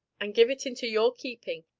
and give it into your keeping,